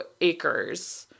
acres